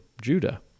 Judah